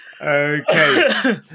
Okay